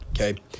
okay